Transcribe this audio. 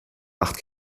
acht